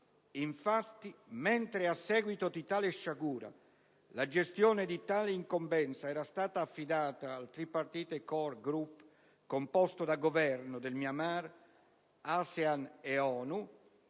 Infatti, mentre a seguito di tale sciagura, la gestione di tale incombenza era stata affidata al *Tripartite Core Group* (composto da Governo del Myanmar, ASEAN e ONU),